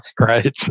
Right